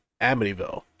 Amityville